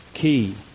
Key